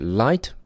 light